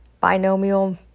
Binomial